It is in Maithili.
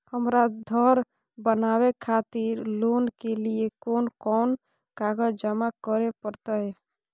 हमरा धर बनावे खातिर लोन के लिए कोन कौन कागज जमा करे परतै?